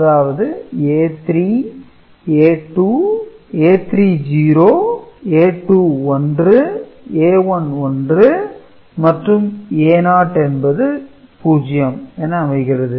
அதாவது A3 0 A2 1 A1 1 மற்றும் A0 என்பது 0 என அமைகிறது